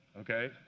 Okay